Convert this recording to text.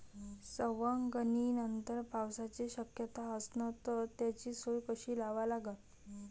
सवंगनीनंतर पावसाची शक्यता असन त त्याची सोय कशी लावा लागन?